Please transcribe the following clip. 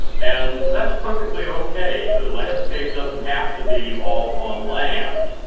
and that's perfectly okay. the landscape doesn't have to be all on land.